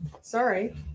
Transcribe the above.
sorry